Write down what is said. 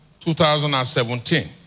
2017